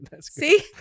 See